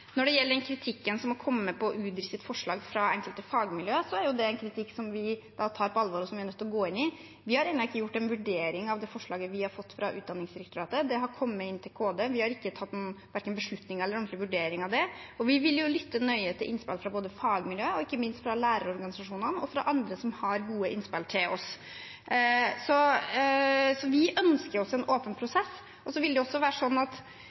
Når det gjelder den kritikken som har kommet av Utdanningsdirektoratets forslag fra enkelte fagmiljøer, er det en kritikk som vi tar på alvor, og som vi er nødt til å gå inn i. Vi har ennå ikke gjort en vurdering av det forslaget vi har fått fra Utdanningsdirektoratet. Det har kommet inn til Kunnskapsdepartementet, vi har verken tatt noen beslutning eller gjort en ordentlig vurdering av det. Vi vil lytte nøye til innspill fra fagmiljøer og ikke minst fra lærerorganisasjonene og andre som har gode innspill til oss. Vi ønsker oss en åpen prosess. Så vil det være sånn at